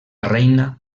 reina